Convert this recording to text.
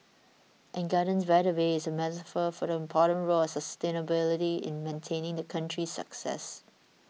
and Gardens by the Bay is a metaphor for the important role of sustainability in maintaining the country's success